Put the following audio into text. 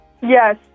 Yes